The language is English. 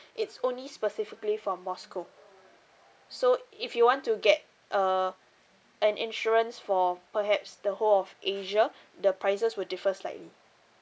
it's only specifically for moscow so if you want to get uh an insurance for perhaps the whole of asia the prices will differ slightly